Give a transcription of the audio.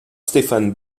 stéphane